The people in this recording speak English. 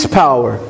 power